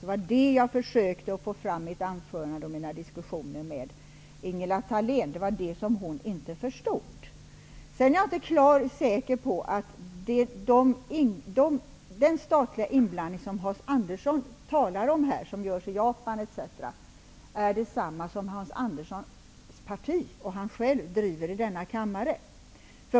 Det är detta jag försökte få fram i mitt huvudanförande och i mina diskussioner med Ingela Thalén men som hon inte förstod. Jag är inte säker på om den statliga inblandning i Japan osv. som Hans Andersson här talar om är detsamma som den politik som Hans Andersson själv och hans parti driver i denna kammare.